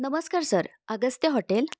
नमस्कार sir Agastya hotel